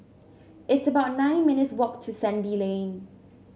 it's about nine minutes' walk to Sandy Lane